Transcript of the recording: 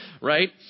right